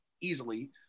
easily